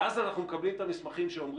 ואז אנחנו מקבלים את המסמכים שמראים